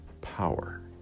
power